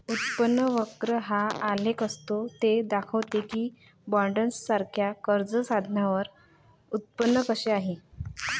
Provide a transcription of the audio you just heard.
उत्पन्न वक्र हा आलेख असतो ते दाखवते की बॉण्ड्ससारख्या कर्ज साधनांवर उत्पन्न कसे आहे